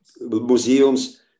museums